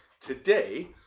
today